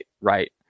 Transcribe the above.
right